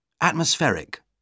Atmospheric